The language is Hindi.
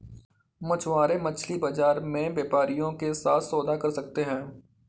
मछुआरे मछली बाजार में व्यापारियों के साथ सौदा कर सकते हैं